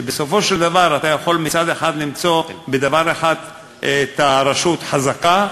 שבסופו של דבר אתה יכול מצד אחד למצוא בדבר אחד את הרשות חזקה,